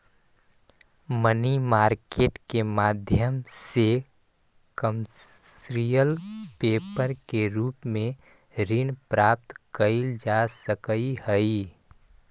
money market के माध्यम से कमर्शियल पेपर के रूप में ऋण प्राप्त कईल जा सकऽ हई